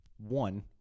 One